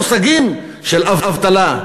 המושגים של אבטלה,